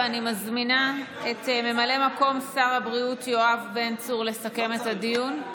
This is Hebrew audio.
אני מזמינה את ממלא מקום שר הבריאות יואב בן צור לסכם את הדיון.